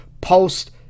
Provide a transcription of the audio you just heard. post